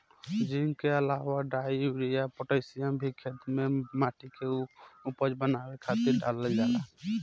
zinc के अलावा डाई, यूरिया, पोटैशियम भी खेते में माटी के उपजाऊ बनावे खातिर डालल जाला